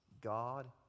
God